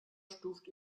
stuft